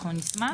נשמח.